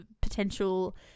potential